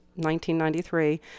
1993